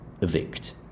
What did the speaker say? evict